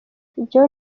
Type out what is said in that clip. john